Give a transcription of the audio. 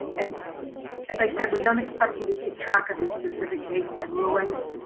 and as i said, we don't expect you to keep track of these specific dates and rulings.